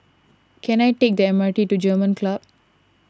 can I take the M R T to German Club